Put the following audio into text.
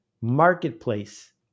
marketplace